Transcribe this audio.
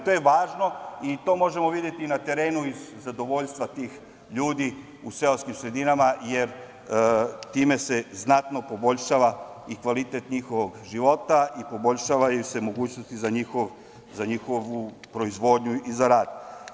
To je važno i to možemo videti i na terenu iz zadovoljstva tih ljudi u seoskim sredinama, jer time se znatno poboljšava i kvalitet njihovog života i poboljšavaju se mogućnosti za njihovu proizvodnju i za rad.